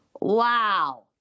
Wow